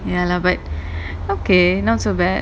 ya lah but okay not so bad